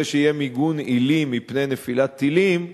שיהיה מיגון עילי מפני נפילת טילים,